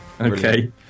Okay